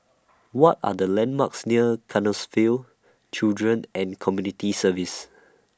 What Are The landmarks near Canossaville Children and Community Services